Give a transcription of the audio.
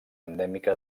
endèmica